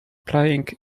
playing